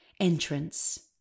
entrance